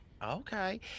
Okay